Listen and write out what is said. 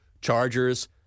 Chargers